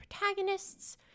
protagonists